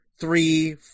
three